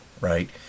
right